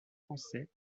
français